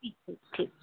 ٹھیک ہے ٹھیک